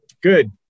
Good